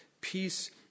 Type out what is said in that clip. Peace